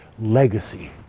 legacy